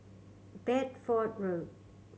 Bedford Road